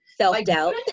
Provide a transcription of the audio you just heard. Self-doubt